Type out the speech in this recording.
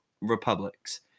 Republics